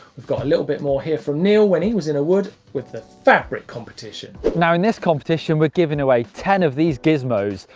we've got a little bit more here from neil when he was in a wood with a fabric competition. now in this competition were giving away ten of these gizmos.